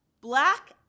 black